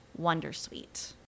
Wondersuite